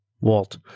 Walt